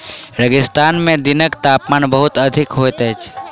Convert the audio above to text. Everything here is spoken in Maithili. रेगिस्तान में दिनक तापमान बहुत अधिक होइत अछि